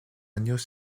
años